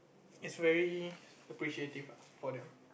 is very appreciative ah for them